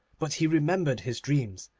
but he remembered his dreams,